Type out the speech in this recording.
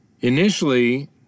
Initially